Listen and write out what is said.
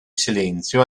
silenzio